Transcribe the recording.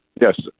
Yes